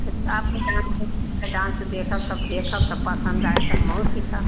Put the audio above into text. आपके डांस उंस डांस देखब तब देखब तब पसंद आए तब हमहु सीखब